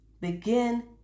begin